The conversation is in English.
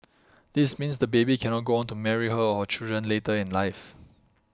this means the baby cannot go on to marry her or children later in life